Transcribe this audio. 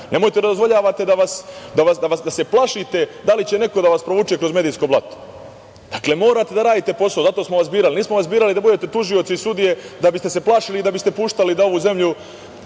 nemojte da dozvoljavate da se plašite da li će neko da vas provuče kroz medijsko blato. Morate da radite posao. Zato smo vas birali. Nismo vas birali da budete tužioci i sudije da biste se plašili i da biste puštali da ovu zemlju